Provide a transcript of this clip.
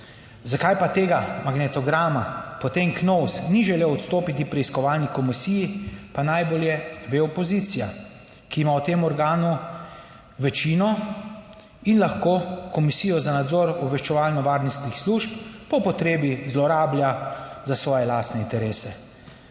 Zakaj pa tega magnetograma, potem KNOVS ni želel odstopiti preiskovalni komisiji, pa najbolje ve opozicija, ki ima v tem organu večino in lahko Komisijo za nadzor obveščevalno varnostnih služb po potrebi zlorablja za svoje lastne interese.